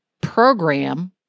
program